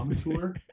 tour